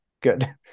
good